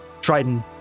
Trident